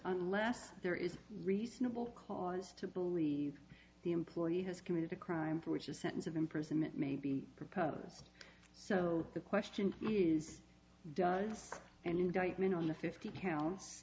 unless there is reasonable cause to believe the employee has committed a crime for which a sentence of imprisonment may be proposed so the question is does an indictment on the fifty pounds